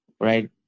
right